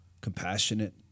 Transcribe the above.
compassionate